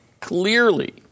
clearly